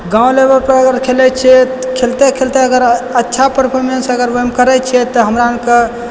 गाँव लेवल पर अगर खेलैत छियै खेलते खेलते अगर अच्छा परफॉर्मेन्स अगर ओहिमे करैत छियै तऽ हमरा अरक